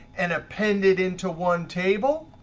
and appended into one table.